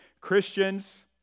Christians